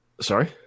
Sorry